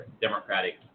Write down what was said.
Democratic